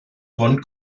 bon